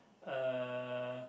uh